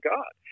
God